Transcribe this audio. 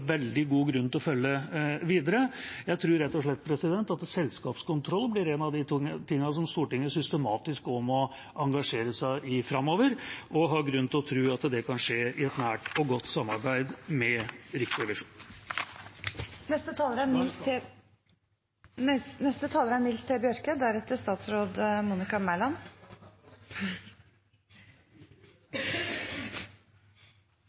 veldig god grunn til å følge videre. Jeg tror rett og slett at selskapskontroll blir en av de tingene som Stortinget systematisk også må engasjere seg i framover, og har grunn til å tro at det kan skje i et nært og godt samarbeid med Riksrevisjonen. Fyrst vil eg takka saksordføraren og slutta meg til hans refleksjonar når det gjeld Riksrevisjonen. Riksrevisjonen er